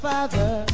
Father